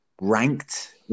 ranked